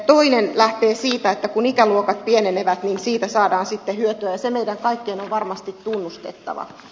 toinen lähtee siitä että kun ikäluokat pienenevät niin siitä saadaan sitten hyötyä ja se meidän kaikkien on varmasti tunnustettava